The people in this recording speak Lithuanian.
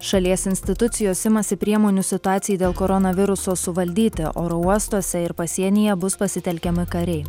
šalies institucijos imasi priemonių situacijai dėl koronaviruso suvaldyti oro uostuose ir pasienyje bus pasitelkiami kariai